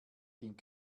ging